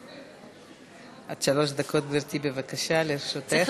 עד שלוש דקות, גברתי, בבקשה, לרשותך.